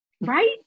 right